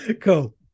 Cool